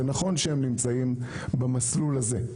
זה נכון שהם נמצאים במסלול הזה.